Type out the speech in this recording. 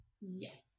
Yes